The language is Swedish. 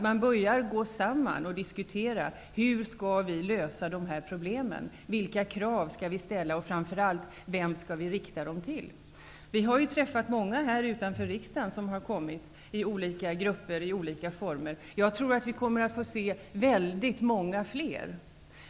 Man börjar gå samman och diskutera hur vi skall lösa problemen, vilka krav man skall ställa eller framför allt vem man skall rikta dem till. Vi har träffat många av dessa människor här utanför riksdagshuset i olika grupper och i olika former. Jag tror att vi kommer att få se många fler av dem.